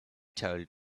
told